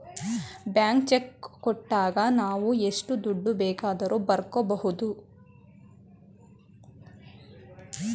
blank cheque ಕೊಟ್ಟಾಗ ನಾವು ಎಷ್ಟು ದುಡ್ಡು ಬೇಕಾದರೂ ಬರ್ಕೊ ಬೋದು